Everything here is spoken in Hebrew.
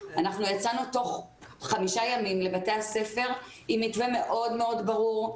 תוך חמישה ימים יצאנו לבתי הספר עם מתווה מאוד מאוד ברור,